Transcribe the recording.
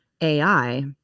AI